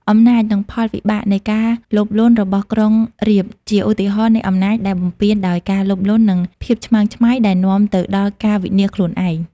អំណាច និងផលវិបាកនៃការលោភលន់របស់ក្រុងរាពណ៍ជាឧទាហរណ៍នៃអំណាចដែលបំពានដោយការលោភលន់ និងភាពឆ្មើងឆ្មៃ ដែលនាំទៅដល់ការវិនាសខ្លួនឯង ។